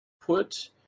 put